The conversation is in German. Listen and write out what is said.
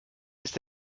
ist